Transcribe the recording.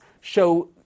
show